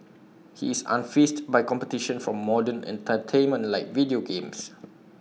he is unfazed by competition from modern entertainment like video games